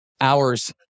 hours